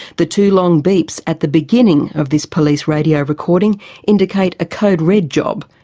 the two long beeps at the beginning of this police radio recording indicate a code red job,